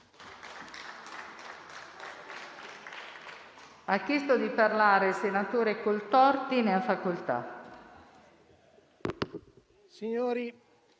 Signor